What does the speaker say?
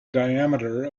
diameter